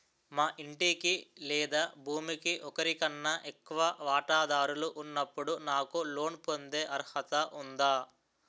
మా ఇంటికి లేదా భూమికి ఒకరికన్నా ఎక్కువ వాటాదారులు ఉన్నప్పుడు నాకు లోన్ పొందే అర్హత ఉందా?